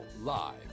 live